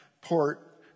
Port